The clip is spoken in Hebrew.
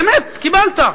באמת, קיבלת.